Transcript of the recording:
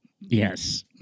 yes